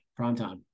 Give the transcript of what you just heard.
primetime